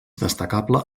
destacable